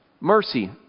mercy